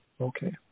Okay